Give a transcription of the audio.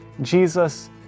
Jesus